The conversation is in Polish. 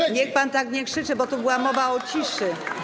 Tylko niech pan tak nie krzyczy, bo tu była mowa o ciszy.